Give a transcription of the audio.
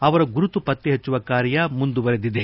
ಅವರ ಗುರುತು ಪತ್ತೆಪಚ್ಚುವ ಕಾರ್ಯ ಮುಂದುವರೆದಿದೆ